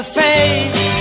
face